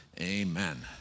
Amen